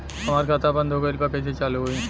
हमार खाता बंद हो गईल बा कैसे चालू होई?